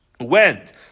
went